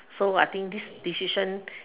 so I think this decision